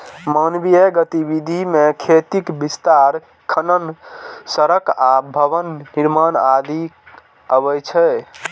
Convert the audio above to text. मानवीय गतिविधि मे खेतीक विस्तार, खनन, सड़क आ भवन निर्माण आदि अबै छै